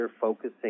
focusing